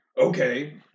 Okay